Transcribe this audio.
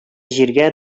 җиргә